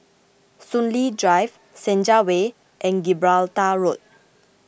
Soon Lee Drive Senja Way and Gibraltar Road